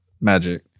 Magic